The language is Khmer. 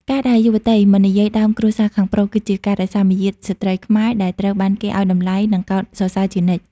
ការដែលយុវតី "មិននិយាយដើមគ្រួសារខាងប្រុស" គឺជាការរក្សាមារយាទស្ត្រីខ្មែរដែលត្រូវបានគេឱ្យតម្លៃ និងកោតសរសើរជានិច្ច។